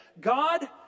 God